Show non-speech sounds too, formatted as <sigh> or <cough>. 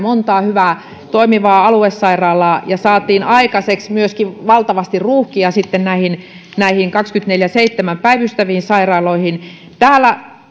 <unintelligible> monta hyvää toimivaa aluesairaalaa ja saatiin aikaiseksi myöskin valtavasti ruuhkia sitten näihin näihin kaksikymmentäneljä kautta seitsemään päivystäviin sairaaloihin täällä <unintelligible>